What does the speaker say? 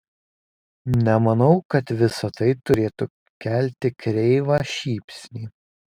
nemanau kad visa tai turėtų kelti kreivą šypsnį